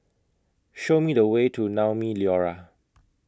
Show Me The Way to Naumi Liora